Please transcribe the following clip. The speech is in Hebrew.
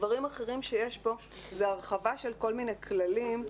דברים אחרים שיש פה זה הרחבה של כל מיני כללים,